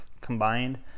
combined